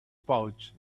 pouch